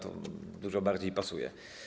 To dużo bardziej pasuje.